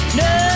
no